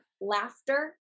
Laughter